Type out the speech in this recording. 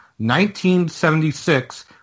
1976